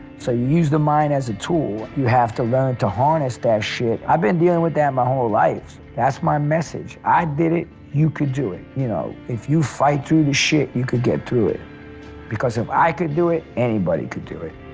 so you use the mind as a tool. you have to learn to harvest that shit. i've been dealing with that my whole life. that's my message. i did it, you could do it, you know, if you fight through this shit, you could get through it because if i could do it, anybody could do it.